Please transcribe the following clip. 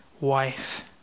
wife